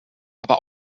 aber